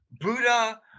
Buddha